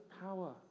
power